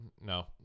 No